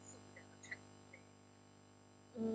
mm